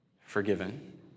forgiven